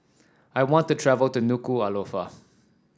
I want to travel to Nuku'alofa